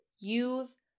Use